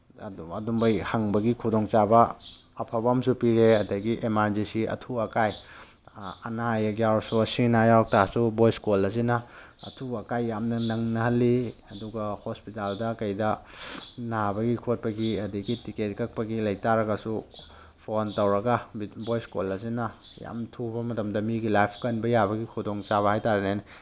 ꯑꯗꯨ ꯑꯗꯨꯝꯕꯒꯤ ꯍꯪꯕꯒꯤ ꯈꯨꯗꯣꯡ ꯆꯥꯕ ꯑꯐꯕ ꯑꯃꯁꯨ ꯄꯤꯔꯦ ꯑꯗꯒꯤ ꯏꯃꯥꯔꯖꯦꯟꯁꯤ ꯑꯊꯨ ꯑꯀꯥꯏ ꯑꯅꯥ ꯑꯌꯦꯛ ꯌꯥꯎꯔꯁꯨ ꯑꯁꯤ ꯑꯅꯥ ꯌꯥꯎꯔꯛ ꯇꯥꯔꯁꯨ ꯚꯣꯏꯁ ꯀꯣꯜ ꯑꯁꯤꯅ ꯑꯊꯨ ꯑꯀꯥꯏ ꯌꯥꯝꯅ ꯅꯪꯅꯍꯜꯂꯤ ꯑꯗꯨꯒ ꯍꯣꯁꯄꯤꯇꯥꯜꯗ ꯀꯩꯗ ꯅꯥꯕꯒꯤ ꯈꯣꯠꯄꯒꯤ ꯑꯗꯒꯤ ꯇꯤꯀꯦꯠ ꯀꯛꯄꯒꯤ ꯂꯩ ꯇꯥꯔꯒꯁꯨ ꯐꯣꯟ ꯇꯧꯔꯒ ꯚꯣꯏꯁ ꯀꯣꯜ ꯑꯁꯤꯅ ꯌꯥꯝ ꯊꯨꯕ ꯃꯇꯝꯗ ꯃꯤꯒꯤ ꯂꯥꯏꯐ ꯀꯟꯕ ꯌꯥꯕꯒꯤ ꯈꯨꯗꯣꯡ ꯆꯥꯕ ꯍꯥꯏ ꯇꯥꯔꯦꯅꯦ